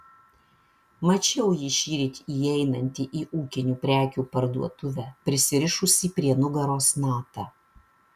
mačiau jį šįryt įeinantį į ūkinių prekių parduotuvę prisirišusį prie nugaros natą